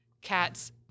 cats